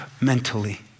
mentally